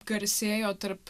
garsėjo tarp